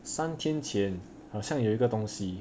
三天前好像有一个东西